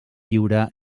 lliure